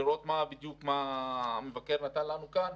לראות בדיוק מה המבקר נתן לנו כאן,